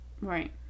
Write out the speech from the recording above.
Right